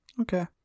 Okay